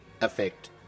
effect